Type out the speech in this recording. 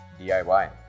DIY